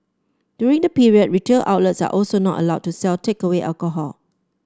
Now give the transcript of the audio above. during the period retail outlets are also not allowed to sell takeaway alcohol